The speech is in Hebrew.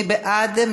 מי בעד?